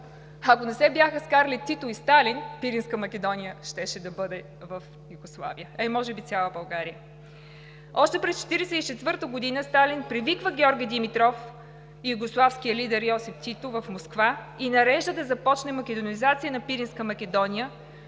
ако не се бяха скарали Тито и Сталин, Пиринска Македония щеше да бъде в Югославия, а може би и цяла България. Още през 1944 г. Сталин привиква Георги Димитров и югославския лидер Йосип Тито в Москва и нарежда да започне македонизация на Пиринска Македония